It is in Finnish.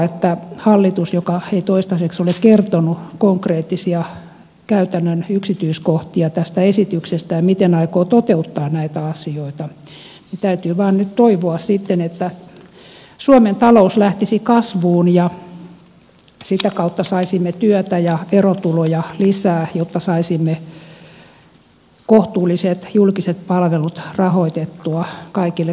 kun hallitus ei toistaiseksi ole kertonut konkreettisia käytännön yksityiskohtia tästä esityksestä miten aikoo toteuttaa näitä asioita niin täytyy vain nyt toivoa sitten että suomen talous lähtisi kasvuun ja sitä kautta saisimme työtä ja verotuloja lisää jotta saisimme kohtuulliset julkiset palvelut rahoitettua kaikille kansalaisille